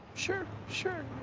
sure. sure.